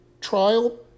trial